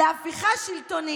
להפיכה שלטונית,